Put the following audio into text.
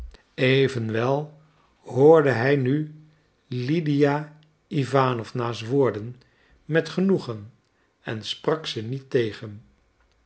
evenwel hoorde hij nu lydia iwanowna's woorden met genoegen en sprak ze niet tegen